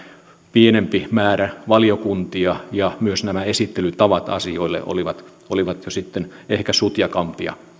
pienempi määrä valiokuntia ja myös nämä asioiden esittelytavat olivat olivat jo sitten ehkä sutjakampia